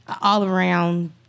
all-around